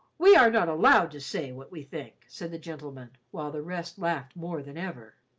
we are not allowed to say what we think, said the gentleman, while the rest laughed more than ever.